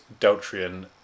Deltrian